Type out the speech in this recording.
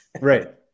Right